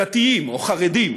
דתיים, או חרדים,